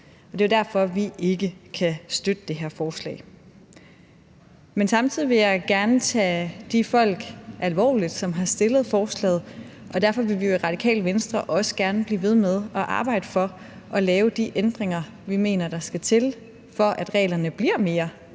det er derfor, vi ikke kan støtte det her forslag. Men samtidig vil jeg gerne tage de folk, som har stillet forslaget, alvorligt, og derfor vil vi i Radikale Venstre også gerne blive ved med at arbejde for at lave de ændringer, vi mener der skal til, for at reglerne i højere